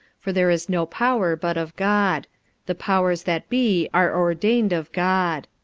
for there is no power but of god the powers that be are ordained of god.